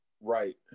Right